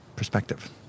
perspective